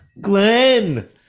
Glenn